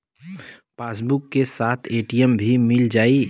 Passbook के साथ ATM भी मील जाई?